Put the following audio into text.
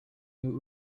you